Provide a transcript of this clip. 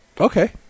Okay